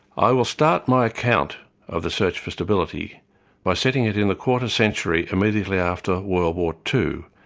i will start my account of the search for stability by setting it in the quarter-century immediately after world war two,